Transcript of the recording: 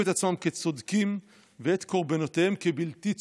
את עצמם כצודקים ואת קורבנותיהם כבלתי צודקים.